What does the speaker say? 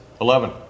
Eleven